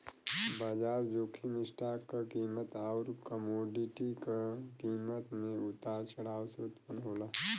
बाजार जोखिम स्टॉक क कीमत आउर कमोडिटी क कीमत में उतार चढ़ाव से उत्पन्न होला